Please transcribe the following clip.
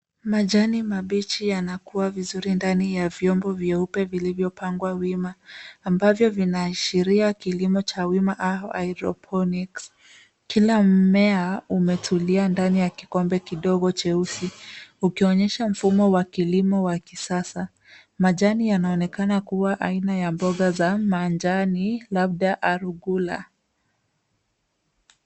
Majani mabichi yanakua vizuri ndani ya vyombo vyeupe vilivyopangwa wima ambavyo vinaashiria kilimo cha wima wa hydroponics .Kila mmea umetulia ndani ya kikombe kidogo cheusi ukionyesha mfumo wa kilimo wa kisasa. Majani yanaonekana kuwa aina ya mboga za manjani labda Arugula .